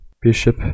bishop